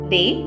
Day